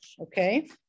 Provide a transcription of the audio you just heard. okay